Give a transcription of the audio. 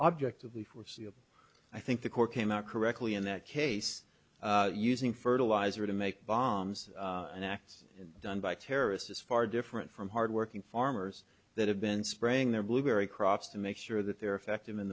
objectively foreseeable i think the court came out correctly in that case using fertilizer to make bombs and acts done by terrorists is far different from hardworking farmers that have been spraying their blueberry crops to make sure that they're effect